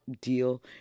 deal